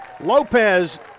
Lopez